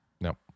No